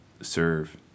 serve